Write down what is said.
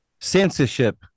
censorship